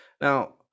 Now